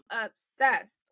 obsessed